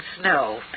snow